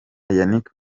yannick